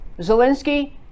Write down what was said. Zelensky